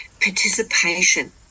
Participation